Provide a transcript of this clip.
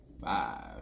five